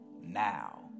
now